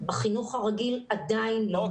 בחינוך הרגיל עדיין לא מוכן.